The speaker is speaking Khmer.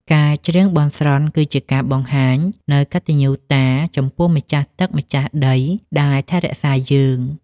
ការច្រៀងបន់ស្រន់ គឺជាការបង្ហាញនូវកតញ្ញូតាចំពោះម្ចាស់ទឹកម្ចាស់ដីដែលថែរក្សាយើង។